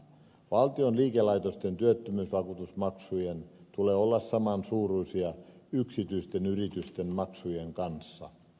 valtion liikelaitosten työttömyysvakuutusmaksujen tulee olla saman suuruisia yksityisten yritysten maksujen kanssa